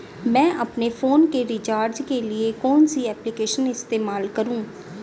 मैं अपने फोन के रिचार्ज के लिए कौन सी एप्लिकेशन इस्तेमाल करूँ?